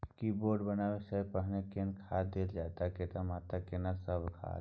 की bed बनबै सॅ पहिने कोनो खाद देल जाय आ कतेक मात्रा मे केना सब खाद?